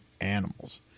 animals